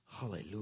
Hallelujah